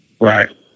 right